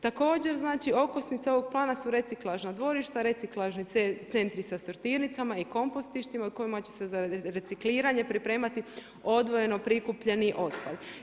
Također okosnica ovog plana su reciklažna dvorišta, reciklažni centri sa sortirnicama i kompostištima u kojima će se za recikliranje pripremati odvojeno prikupljeni otpad.